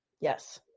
yes